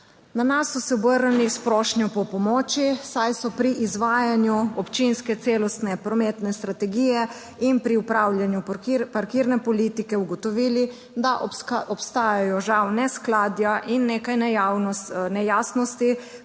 Na nas so se obrnili s prošnjo po pomoči, saj so pri izvajanju občinske celostne prometne strategije in pri upravljanju parkirne politike ugotovili, da obstajajo žal neskladja in nekaj nejasnosti